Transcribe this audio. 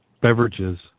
beverages